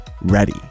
Ready